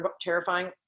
terrifying